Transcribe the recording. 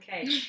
okay